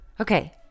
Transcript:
Okay